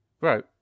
Right